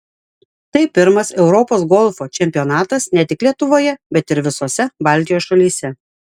tai pirmas europos golfo čempionatas ne tik lietuvoje bet ir visose baltijos šalyse